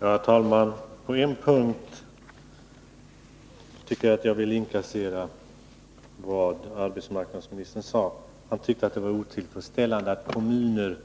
Herr talman! På en punkt vill jag inkassera vad arbetsmarknadsministern sade, nämligen att han tycker att det är otillfredsställande att kommuner